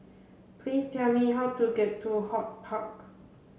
please tell me how to get to HortPark